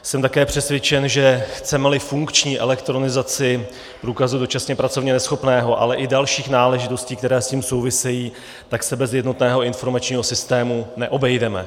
Jsem také přesvědčen, že chcemeli funkční elektronizaci průkazu dočasně pracovně neschopného, ale i dalších náležitostí, které s tím souvisejí, tak se bez jednotného informačního systému neobejdeme.